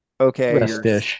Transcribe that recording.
okay